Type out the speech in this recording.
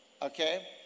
Okay